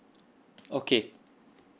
okay